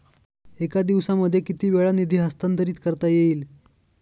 एका दिवसामध्ये किती वेळा निधी हस्तांतरीत करता येईल?